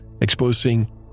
exposing